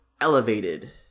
Elevated